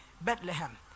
Bethlehem